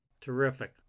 Terrific